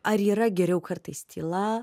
ar yra geriau kartais tyla